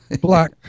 Black